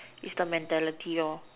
it's the mentality